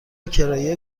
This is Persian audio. کرایه